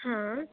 हा